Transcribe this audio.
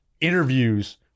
interviews